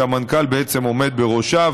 שהמנכ"ל בעצם עומד בראשה,